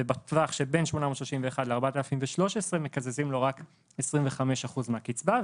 ובטווח שבין 831 ל-4,013 מקזזים לו רק 25% מהקצבה,